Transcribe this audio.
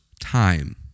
time